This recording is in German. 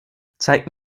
zeige